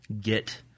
get